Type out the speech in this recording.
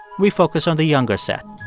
we focus on the younger set